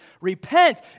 Repent